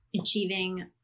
achieving